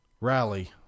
rally